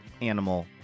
animal